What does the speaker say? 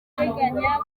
turateganya